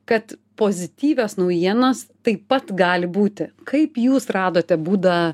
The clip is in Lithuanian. kad pozityvios naujienos taip pat gali būti kaip jūs radote būdą